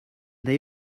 they